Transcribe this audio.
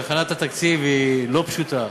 הכנת התקציב היא לא פשוטה,